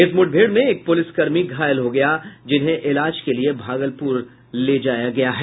इस मुठभेड़ में एक पुलिसकर्मी घायल हो गया जिन्हें इलाज के लिये भागलपुर ले जाया गया है